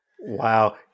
Wow